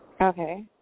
Okay